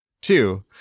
Two